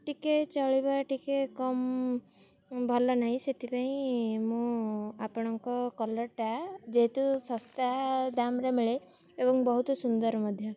ଟିକିଏ ଚଳିବା ଟିକିଏ କମ୍ ଭଲ ନାହିଁ ସେଥିପାଇଁ ମୁଁ ଆପଣଙ୍କ କଲର୍ଟା ଯେହେତୁ ଶସ୍ତା ଦାମ୍ରେେ ମିଳେ ଏବଂ ବହୁତ ସୁନ୍ଦର ମଧ୍ୟ